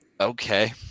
Okay